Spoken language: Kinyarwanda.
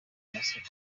amasoko